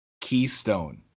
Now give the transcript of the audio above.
Keystone